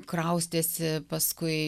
kraustėsi paskui